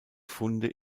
funde